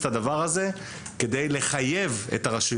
צריך להבין שככל שהבסיס יתרחב כך למעלה יהיו יותר